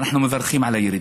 ואנחנו מברכים על הירידה.